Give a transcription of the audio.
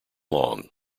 long